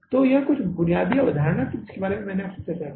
तो यह कुछ बुनियादी अवधारणा थी जिसके बारे में मैं आपसे चर्चा की